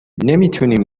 نمیتونیم